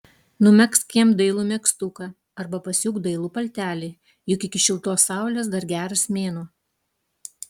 numegzk jam dailų megztuką arba pasiūk dailų paltelį juk iki šiltos saulės dar geras mėnuo